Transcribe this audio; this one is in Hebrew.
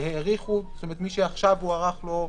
ומי שעכשיו הוארך לו,